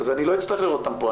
אז אני לא אצטרך לראות אותם פה.